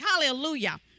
Hallelujah